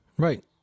Right